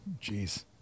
Jeez